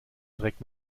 trägt